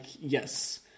yes